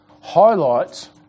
highlights